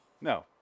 No